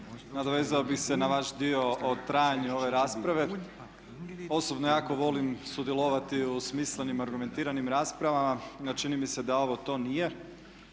nadovezao bih se na vaš dio o trajanju ove rasprave. Osobno jako volim sudjelovati u smislenim i argumentiranim raspravama a čini mi se da ovo to nije.